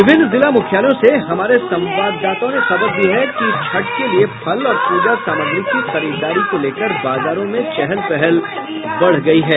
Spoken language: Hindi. विभिन्न जिला मुख्यालयों से हमारे संवाददाताओं ने खबर दी है कि छठ के लिए फल और पूजा सामग्री की खरीदारी को लेकर बाजारों में चहल पहल बढ़ गयी है